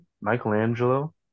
Michelangelo